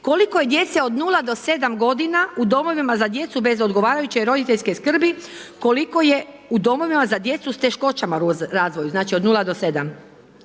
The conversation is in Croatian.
Koliko je djece od 0 do 7 g. u domovima za djecu bez odgovarajuće roditeljske skrbi, koliko je u domovima za djecu s teškoćama u razvoju, znači od 0 do 7.